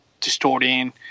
distorting